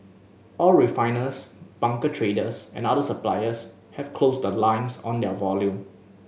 all refiners bunker traders and other suppliers have closed the lines on their volume